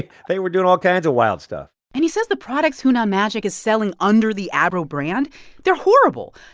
they were doing all kinds of wild stuff and he says the products hunan magic is selling under the abro brand they're horrible.